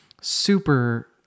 super